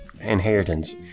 inheritance